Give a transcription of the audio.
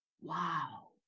Wow